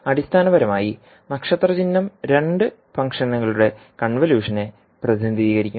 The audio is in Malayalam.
അടിസ്ഥാനപരമായി നക്ഷത്രചിഹ്നം രണ്ട് ഫംഗ്ഷനുകളുടെ കൺവല്യൂഷനെ പ്രതിനിധീകരിക്കും